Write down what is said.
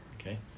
Okay